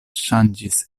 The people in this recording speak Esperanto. ŝanĝis